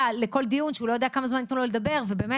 לכל דיון כשהוא לא יודע כמה זמן יתנו לו לדבר ובאמת,